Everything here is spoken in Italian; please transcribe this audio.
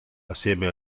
assieme